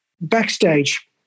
backstage